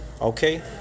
Okay